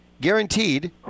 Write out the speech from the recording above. guaranteed